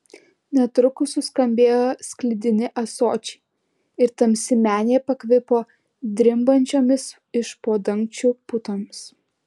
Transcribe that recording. netrukus suskambėjo sklidini ąsočiai ir tamsi menė pakvipo drimbančiomis iš po dangčiu putomis